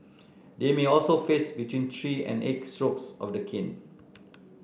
they may also face between three and eight strokes of the cane